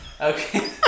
Okay